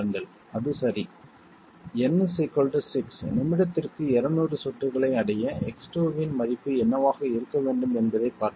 அது சரி n 6 நிமிடத்திற்கு 200 சொட்டுகளை அடைய X2 இன் மதிப்பு என்னவாக இருக்க வேண்டும் என்பதைப் பார்ப்போம்